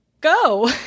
go